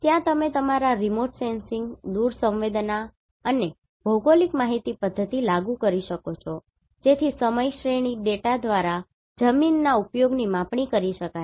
ત્યાં તમે તમારા Remote sensing દૂરસ્થ સંવેદના અને GIS ભૌગોલિક માહિતી પધ્ધતિ લાગુ કરી શકો છો જેથી સમય શ્રેણી ડેટા દ્વારા જમીનના ઉપયોગની માપણી કરી શકાય